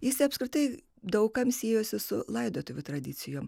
jis apskritai daug kam siejosi su laidotuvių tradicijom